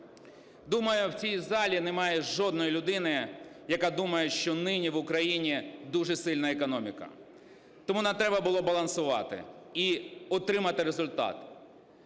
Думаю, в цій залі немає жодної людини, яка думає, що нині в Україні дуже сильна економіка. Тому нам треба було балансувати і отримати результат: